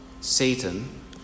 Satan